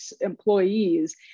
employees